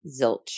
zilch